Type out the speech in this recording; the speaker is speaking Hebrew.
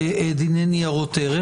בדיני ניירות ערך,